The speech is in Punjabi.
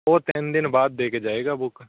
ਉਹ ਤਿੰਨ ਦਿਨ ਬਾਅਦ ਦੇ ਕੇ ਜਾਵੇਗਾ ਬੁੱਕ